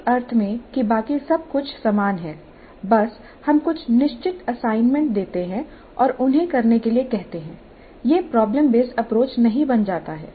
इस अर्थ में कि बाकी सब कुछ समान है बस हम कुछ निश्चित असाइनमेंट देते हैं और उन्हें करने के लिए कहते हैं यह प्रॉब्लम बेस्ड अप्रोच नहीं बन जाता है